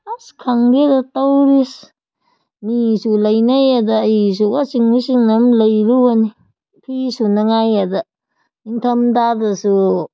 ꯑꯁ ꯈꯪꯗꯦꯗ ꯇꯧꯔꯤꯁꯤ ꯃꯤꯁꯨ ꯂꯩꯅꯩꯌꯦꯗ ꯑꯩꯁꯨ ꯋꯥꯁꯤꯡ ꯃꯦꯆꯤꯟ ꯑꯃ ꯂꯩꯔꯨꯕꯅꯤ ꯐꯤ ꯁꯨꯅꯉꯥꯏꯑꯗ ꯅꯤꯡꯊꯝꯊꯥꯗꯁꯨ